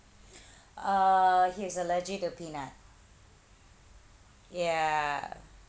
uh he is allergic to peanut ya